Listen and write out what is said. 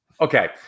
Okay